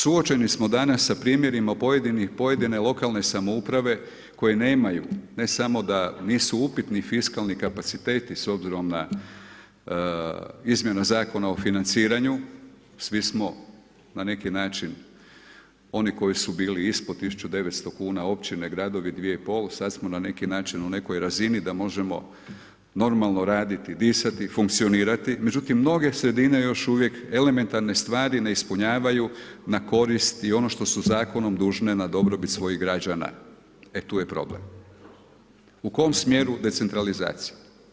Suočeni smo danas sa primjerima pojedine lokalne samouprave koje nemaju, ne samo da sni upitni fiskalni kapaciteti s obzirom na izmjene zakona o financiranju, svi smo na neki način oni koji su bili ispod 1900 kn, općine i gradovi 2500, sad smo na neki način u nekoj razini da možemo normalno raditi, disati funkcionirati, međutim noge sredine još uvijek elementarne stvari ne ispunjavaju na korist i ono što su zakonom dužne na dobrobit svojih građana, e tu je problem, u kom smjeru decentralizacija.